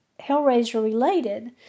Hellraiser-related